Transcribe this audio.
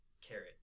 carrot